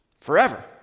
forever